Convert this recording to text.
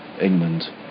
England